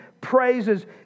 praises